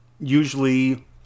usually